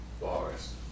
Bars